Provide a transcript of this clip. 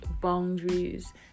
boundaries